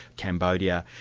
cambodia.